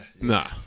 Nah